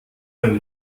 ein